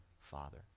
Father